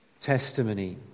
testimony